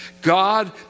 God